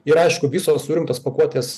ir aišku visos surinktos pakuotės